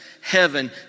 heaven